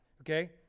Okay